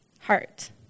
Heart